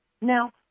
Now